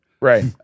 Right